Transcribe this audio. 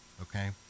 okay